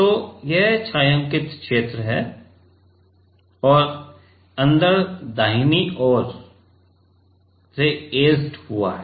तो यह छायांकित क्षेत्र है और अंदर दाहिनी ओर ऐचेड हुआ है